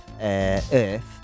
Earth